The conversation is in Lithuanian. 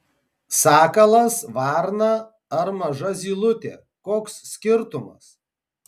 sakalas varna ar maža zylutė koks skirtumas